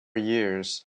years